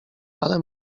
ale